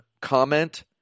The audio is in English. comment